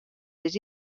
dels